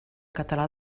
català